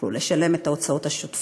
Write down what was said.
יוכלו לשלם את ההוצאות השוטפות,